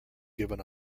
given